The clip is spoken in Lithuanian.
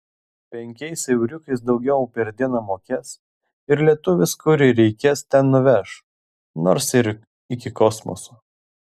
penkiais euriukais daugiau per dieną mokės ir lietuvis kur reikės ten nuveš nors ir iki kosmoso